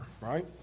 right